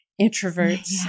introverts